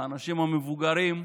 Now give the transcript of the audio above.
לאנשים המבוגרים,